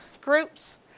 groups